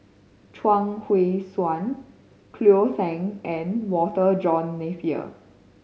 Chuang Hui Tsuan Cleo Thang and Walter John Napier